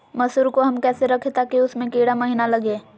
मसूर को हम कैसे रखे ताकि उसमे कीड़ा महिना लगे?